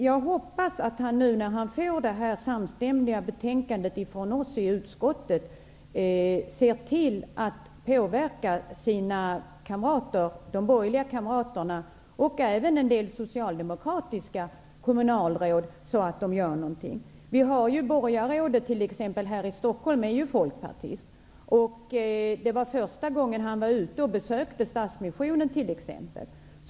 Jag hoppas att han, när han nu får utskottets samstämmiga betänkande, ser till att påverka sina borgerliga kamrater -- och även en del socialdemokratiska kommunalråd -- så att de gör någonting. Socialborgarrådet i Stockholm är ju folkpartist. Det var t.ex. första gången han var ute och besökte Stadsmissionen.